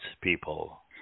people